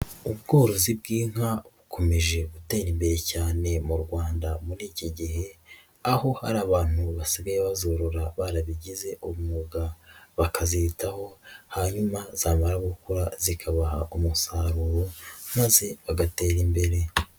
Ubworozi bw'inka, bukomeje gutera imbere cyane mu Rwanda, muri iki gihe. Aho hari abantu basigaye bazorora barabigize umwuga, bakazitaho hanyuma zamara gukura zikabaha umusaruro, maze bagatera imbere.